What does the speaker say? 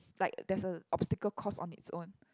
it's like there's a obstacle course on it's own